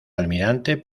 almirante